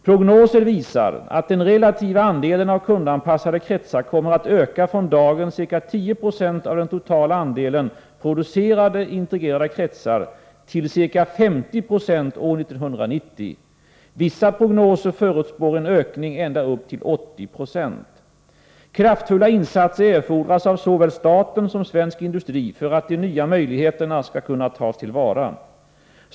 Prognoser visar att den relativa andelen av kundanpassade kretsar kommer att öka från dagens ca 10 20 av den totala andelen producerade integrerade kretsar till ca 50 20 år 1990. Vissa prognoser förutspår en ökning ända upp till 80 96. Kraftfulla insatser erfordras av såväl staten som svensk industri för att de nya möjligheterna skall kunna tas till vara.